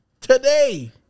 Today